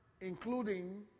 including